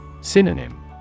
Synonym